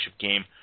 game